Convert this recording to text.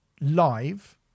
Live